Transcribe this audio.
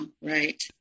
right